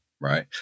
right